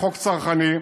חוק צרכני.